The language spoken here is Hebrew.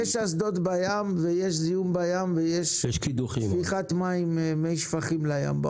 יש אסדות בים ויש זיהום בים ויש שפיכת שפכים לים.